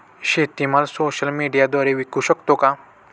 शेतीमाल सोशल मीडियाद्वारे विकू शकतो का?